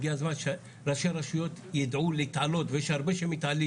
הגיע הזמן שראשי הרשויות ידעו להתעלות ויש הרבה שמתעלים